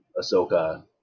Ahsoka